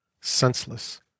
senseless